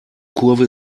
kurve